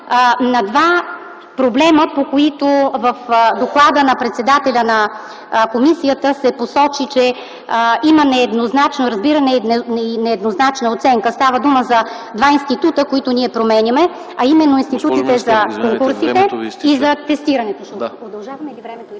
на два проблема, по които в доклада на председателя на комисията бе посочено, че има нееднозначно разбиране и нееднозначна оценка. Става дума за два института, които ние променяме – за конкурсите и за атестирането.